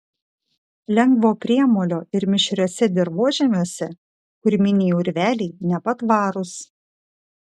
lengvo priemolio ir mišriuose dirvožemiuose kurminiai urveliai nepatvarūs